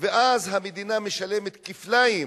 ואז המדינה משלמת כפליים